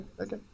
okay